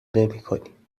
نمیکنیم